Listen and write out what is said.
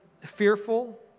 fearful